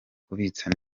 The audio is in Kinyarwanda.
kubitsa